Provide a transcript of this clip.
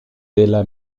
della